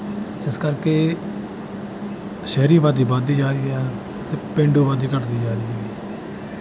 ਇਸ ਕਰਕੇ ਸ਼ਹਿਰੀ ਆਬਾਦੀ ਵੱਧਦੀ ਜਾ ਰਹੀ ਆ ਅਤੇ ਪੇਂਡੂ ਆਬਾਦੀ ਘੱਟਦੀ ਜਾ ਰਹੀ ਆ